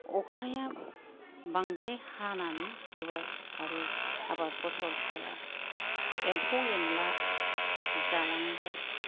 अखाया बांद्राय हानानै होबाय आरो आबाद फसलफोरा एम्फौ एनला जालांबाय